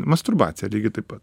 masturbacija lygiai taip pat